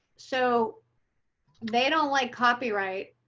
so they don't like copyright